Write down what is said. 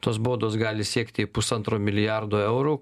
tos baudos gali siekti pusantro milijardo eurų